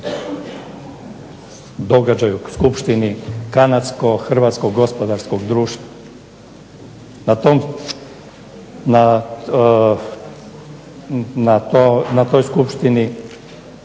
događaju, skupštini Kanadsko-hrvatskog gospodarskog društva. Na toj skupštini